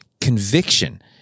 conviction